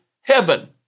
heaven